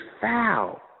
foul